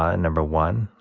ah no. one.